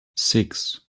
six